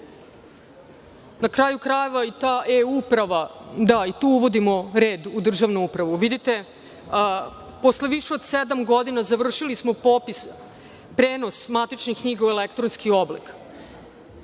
kraju krajeva, i ta e-uprava, da, i tu uvodimo red u državnu upravu. Vidite, posle više od sedam godina završili smo popis, prenos matičnih knjiga u elektronski oblik.